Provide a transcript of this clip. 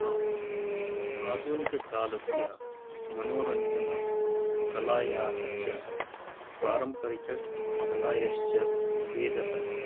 आधुनिककालस्य मनोरञ्जनकलायाः च पारम्परिककलायाश्च भेदः अस्ति